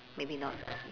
maybe not